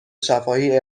شفاهی